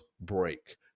break